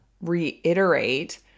reiterate